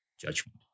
judgment